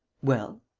well?